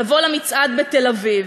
לבוא למצעד בתל-אביב.